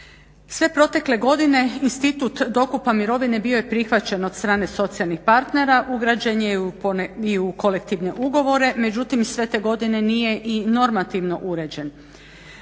Sve protekle godine institut dokupa mirovine bio je prihvaćen od strane socijalnih partnera, ugrađen je i u kolektivne ugovore međutim sve te godine nije i normativno uređen.